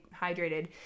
hydrated